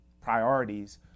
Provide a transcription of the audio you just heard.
priorities